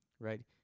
Right